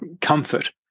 comfort